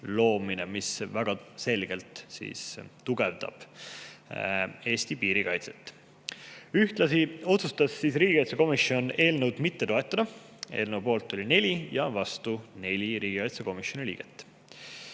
loomine, mis väga selgelt tugevdaks Eesti piiri kaitset. Ühtlasi otsustas riigikaitsekomisjon eelnõu mitte toetada. Eelnõu poolt oli 4 ja vastu 4 riigikaitsekomisjoni liiget.